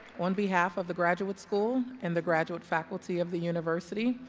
on behalf of the graduate school and the graduate faculty of the university,